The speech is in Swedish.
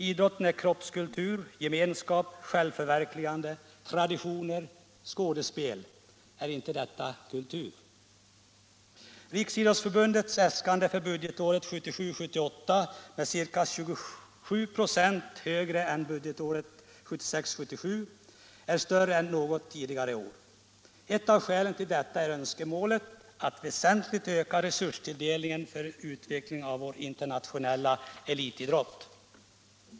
Idrotten är kroppskultur, gemenskap, självförverkligande, traditioner och skådespel. Är inte detta kultur? Allmänpolitisk debatt Allmänpolitisk debatt 130 än budgetåret 1976/77 — är större än något tidigare år. Ett av skälen till detta är önskemålet att väsentligt öka resurstilldelningen för utveckling av vår internationella friidrott.